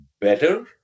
better